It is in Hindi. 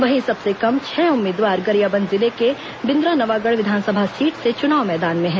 वहीं सबसे कम छह उम्मीदवार गरियाबंद जिले के बिंद्रानवागढ़ विधानसभा सीट से चुनाव मैदान में है